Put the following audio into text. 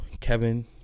Kevin